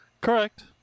Correct